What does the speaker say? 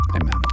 Amen